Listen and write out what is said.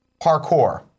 Parkour